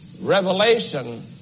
revelation